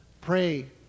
pray